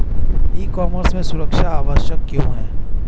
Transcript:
ई commerce में सुरक्षा आवश्यक क्यों है?